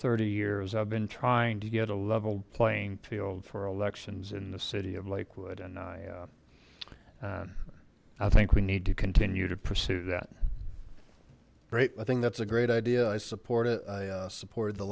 thirty years i've been trying to get a level playing field for elections in the city of lakewood and i i think we need to continue to pursue that great i think that's a great idea i support it i supported the